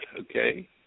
Okay